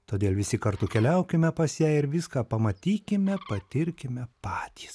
todėl visi kartu keliaukime pas ją ir viską pamatykime patirkime patys